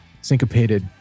syncopated